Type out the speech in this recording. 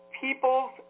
people's